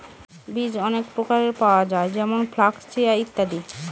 বীজ অনেক প্রকারের পাওয়া যায় যেমন ফ্লাক্স, চিয়া, ইত্যাদি